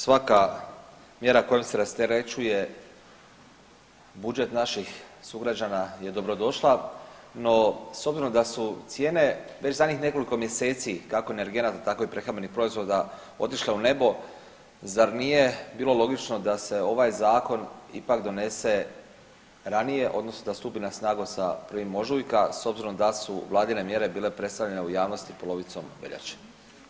Svaka mjera kojom se rasterećuje budžet naših sugrađana je dobrodošla, no s obzirom da su cijene već zadnjih nekoliko mjeseci kako energenata tako i prehrambenih proizvoda otišle u nebo, zar nije bilo logično da se ovaj zakon ipak donese ranije odnosno da stupi na snagu sa 1. ožujka s obzirom da su vladine mjere bile predstavljene u javnosti polovicom veljače?